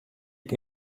che